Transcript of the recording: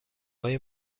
های